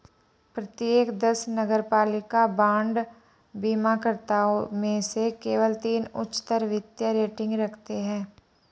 प्रत्येक दस नगरपालिका बांड बीमाकर्ताओं में से केवल तीन उच्चतर वित्तीय रेटिंग रखते हैं